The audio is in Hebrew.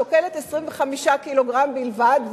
שוקלת 25 קילוגרם בלבד,